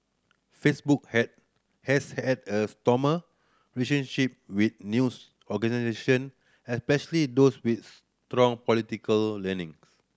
Facebook had has had a stormy with news organisation especially those with strong political leaning